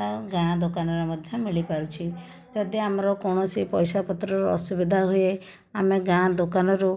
ତାହା ଗାଁ ଦୋକାନରେ ମଧ୍ୟ ମିଳି ପାରୁଛି ଯଦି ଆମର କୌଣସି ପଇସା ପତ୍ରର ଅସୁବିଧା ହୁଏ ଆମେ ଗାଁ ଦୋକାନରୁ